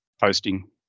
posting